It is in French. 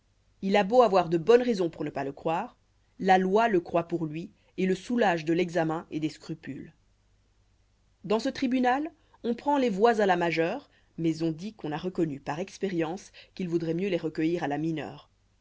il a beau avoir de bonnes raisons pour ne pas le croire la loi le croit pour lui et le soulage de l'examen et des scrupules dans ce tribunal on prend les voix à la majeure mais on a reconnu par expérience qu'il vaudroit mieux les recueillir à la mineure